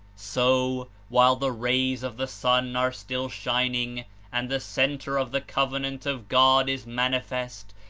so, while the rays of the sun are still shining and the center of the covenant of god' is manifest,